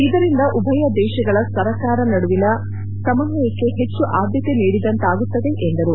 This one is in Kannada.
ಇದರಿಂದ ಉಭಯ ದೇಶಗಳ ಸರಕಾರಗಳ ನಡುವಿನ ಸಮನ್ವಯಕ್ಕೆ ಹೆಚ್ಚು ಆದ್ದತೆ ನೀಡಿದಂತಾಗುತ್ತದೆ ಎಂದರು